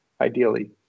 ideally